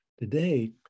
Today